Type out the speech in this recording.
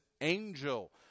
angel